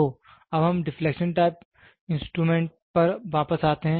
तो अब हम डिफलेक्शन टाइप मेजरिंग इंस्ट्रूमेंट पर वापस आते हैं